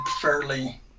fairly